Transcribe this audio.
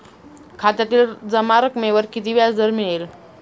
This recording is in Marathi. खात्यातील जमा रकमेवर किती व्याजदर मिळेल?